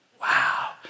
Wow